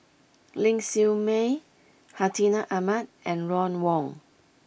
Ling Siew May Hartinah Ahmad and Ron Wong